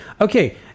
Okay